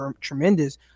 tremendous